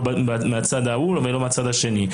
לא בצד ההוא ולא בצד השני.